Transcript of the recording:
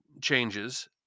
changes